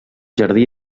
jardí